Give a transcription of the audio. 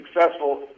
successful